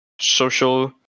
social